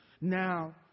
Now